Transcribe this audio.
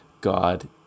God